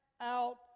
out